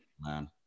man